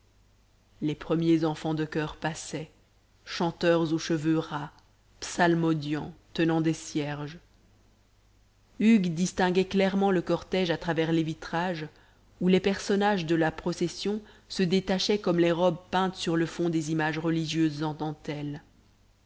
les premiers enfants de choeur passaient chanteurs aux cheveux ras psalmodiant tenant des cierges hugues distinguait clairement le cortège à travers les vitrages où les personnages de la procession se détachaient comme les robes peintes sur le fond des images religieuses en dentelle